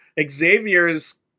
Xavier's